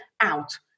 out